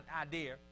idea